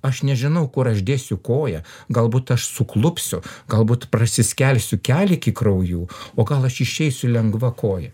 aš nežinau kur aš dėsiu koją galbūt aš suklupsiu galbūt prasiskelsiu kelį iki kraujų o gal aš išeisiu lengva koja